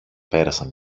πέρασαν